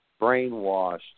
brainwashed